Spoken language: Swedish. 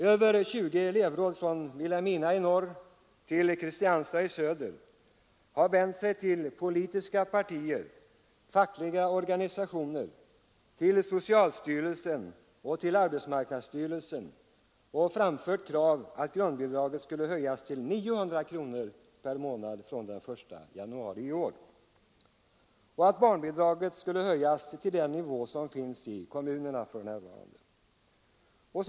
Över 20 elevråd, från Vilhelmina i norr till Kristianstad i söder, har vänt sig till politiska partier, till fackliga organisationer, till socialstyrelsen och till arbetsmarknadsstyrelsen och framfört krav på att grundbidraget skulle höjas till 900 kronor per månad från den 1 januari i år och att barnbidraget skulle höjas till den nivå som för närvarande tillämpas i kommunerna.